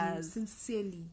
sincerely